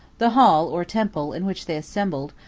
the hall, or temple, in which they assembled,